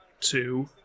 two